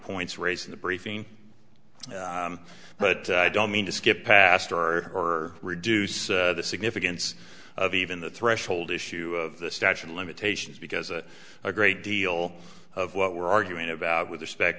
points raised in the briefing but i don't mean to skip past or reduce the significance of even the threshold issue of the statute of limitations because a great deal of what we're arguing about with respect